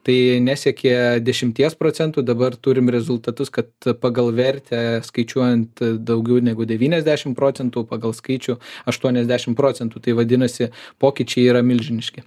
tai nesiekė dešimties procentų dabar turim rezultatus kad pagal vertę skaičiuojant daugiau negu devyniasdešim procentų pagal skaičių aštuoniasdešim procentų tai vadinasi pokyčiai yra milžiniški